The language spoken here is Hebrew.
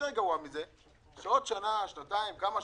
ככל שלא יהיה תקציב וניכנס ל-1 חלקי 12 בשנה הבאה,